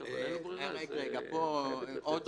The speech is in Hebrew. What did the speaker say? --- הם אומרים שזה